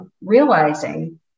realizing